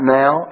now